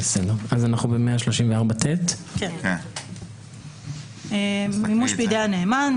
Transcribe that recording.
אנחנו בתקנה 134ט, מימוש בידי הנאמן.